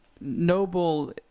Noble